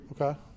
okay